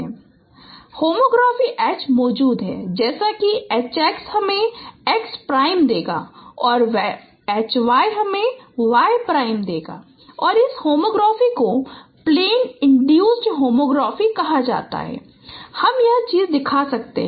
इसलिए homography H मौजूद है जैसे कि Hx हमें x प्राइम देगा और Hy हमें y प्राइम देगा और इस होमोग्राफी को प्लेन इन्ड्यूसड होमोग्राफी कहा जाता है हम यह चीजें दिखा सकते हैं